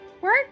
work